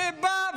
שבא,